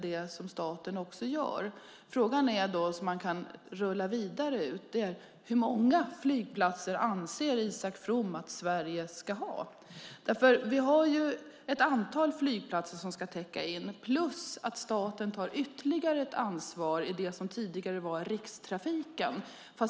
Det gör också staten. Följdfrågan blir dock: Hur många flygplatser anser Isak From att Sverige ska ha? Vi har ett antal flygplatser som ska täcka in. Dessutom tar staten ytterligare ett ansvar i det som tidigare var Rikstrafiken.